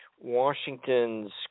Washington's